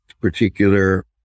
particular